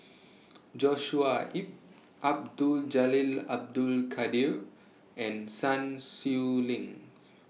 Joshua Ip Abdul Jalil Abdul Kadir and Sun Xueling